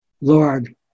Lord